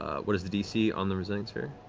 ah what is the dc on the resilient sphere?